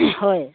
হয়